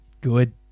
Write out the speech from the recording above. good